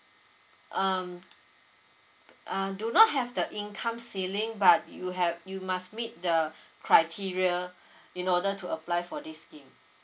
um um do not have the income ceiling but you have you must meet the criteria in order to apply for this scheme